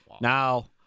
Now